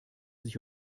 sich